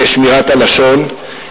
"שמירת הלשון".